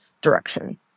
direction